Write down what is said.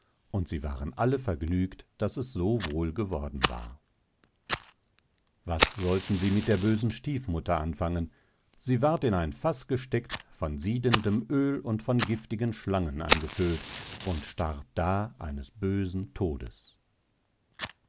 und sie waren alle vergnügt daß es so wohl geworden war was sollten sie mit der bösen stiefmutter anfangen sie ward in ein faß gesteckt von siedendem oehl und von giftigen schlangen angefüllt und starb da eines bösen todes